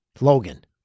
Logan